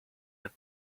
had